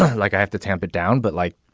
like i have to tamped down. but like.